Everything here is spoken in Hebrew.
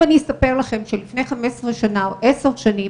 אם אני אספר לכם שלפני 15 שנה או 10 שנים